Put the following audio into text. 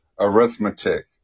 arithmetic